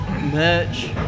merch